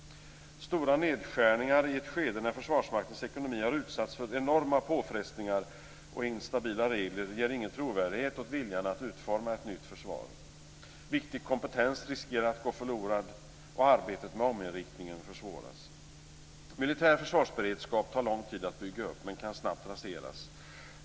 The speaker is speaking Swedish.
Stora nedskärningar i ett skede när Försvarsmaktens ekonomi har utsatts för enorma påfrestningar och instabila regler ger ingen trovärdighet åt viljan att utforma ett nytt försvar. Viktig kompetens riskerar att gå förlorad, och arbetet med ominriktningen försvåras. Militär försvarsberedskap tar lång tid att bygga upp, men kan snabbt raseras.